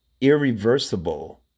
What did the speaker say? irreversible